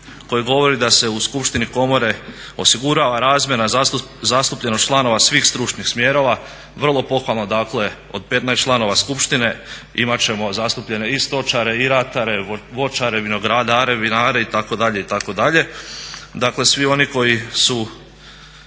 koji govori da se u skupštini komore osigurava razmjerna zastupljenost članova svih stručnih smjerova. Vrlo pohvalno, dakle od 15 članova skupštine imat ćemo zastupljene i stočare i ratare, voćare, vinogradare, vinare